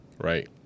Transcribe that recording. right